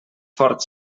fort